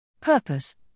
Purpose